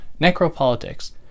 necropolitics